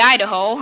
Idaho